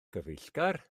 cyfeillgar